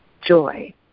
Joy